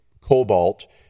cobalt